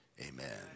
Amen